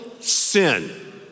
sin